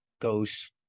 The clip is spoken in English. goes